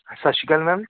ਸਤਿ ਸ਼੍ਰੀ ਅਕਾਲ ਮੈਮ